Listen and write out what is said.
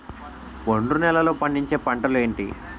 ఒండ్రు నేలలో పండించే పంటలు ఏంటి?